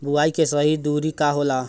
बुआई के सही दूरी का होला?